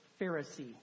Pharisee